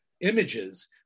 images